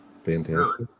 Fantastic